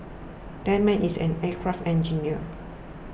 that man is an aircraft engineer